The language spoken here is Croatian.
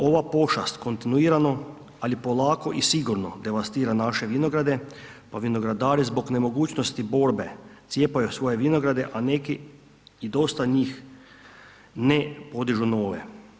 Ova pošast kontinuirano, ali polako i sigurno devastira naše vinograde, pa vinogradari zbog nemogućnosti borbe cijepaju svoje vinograde, a neki i dosta njih ne podižu nove.